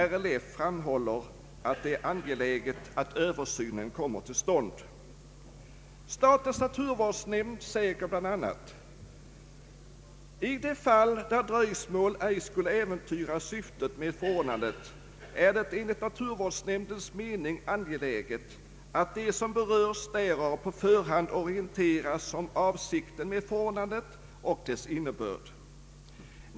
RLF framhåller att det är angeläget att översynen kommer till stånd. Statens naturvårdsnämnd säger bl.a.: ”I de fall där dröjsmål ej skulle äventyra syftet med förordnandet är det enligt naturvårdsnämndens mening angeläget att de som berörs därav på förhand orienteras om avsikten med förordnandet och dess innebörd.